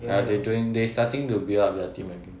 like they doing this they starting to build up the team again